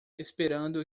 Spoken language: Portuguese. esperando